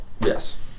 Yes